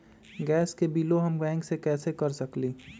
Gas के बिलों हम बैंक से कैसे कर सकली?